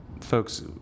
folks